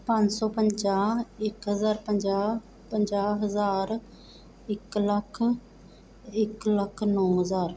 ਪੰਜ ਸੌ ਪੰਜਾਹ ਇੱਕ ਹਜ਼ਾਰ ਪੰਜਾਹ ਪੰਜਾਹ ਹਜ਼ਾਰ ਇੱਕ ਲੱਖ ਇੱਕ ਲੱਖ ਨੌ ਹਜ਼ਾਰ